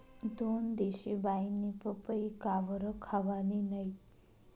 दोनदिशी बाईनी पपई काबरं खावानी नै